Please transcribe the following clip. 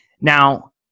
Now